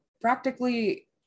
practically